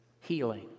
Healing